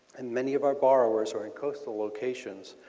and many of our borrows are in coastal locations.